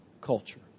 culture